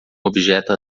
objeto